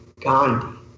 Gandhi